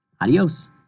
Adios